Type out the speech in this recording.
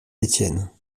étienne